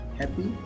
happy